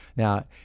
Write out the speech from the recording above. Now